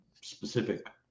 specific